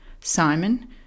Simon